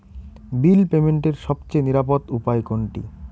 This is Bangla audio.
বিল পেমেন্টের সবচেয়ে নিরাপদ উপায় কোনটি?